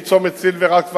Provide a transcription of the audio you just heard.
מצומת סילבר עד כפר-ורבורג.